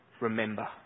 remember